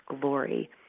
glory